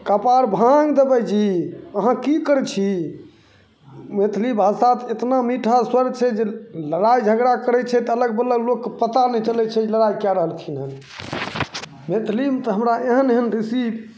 कपार भाँगि देबै जी अहाँ कि करै छी मैथिली भाषा तऽ एतना मीठा स्वर छै जे लड़ाइ झगड़ा करै छै तऽ अगल बगलवला लोकके पता नहि चलै छै जे लड़ाइ कै रहलखिन हँ मैथिलीमे तऽ हमरा एहन एहन ऋषि